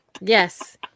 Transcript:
Yes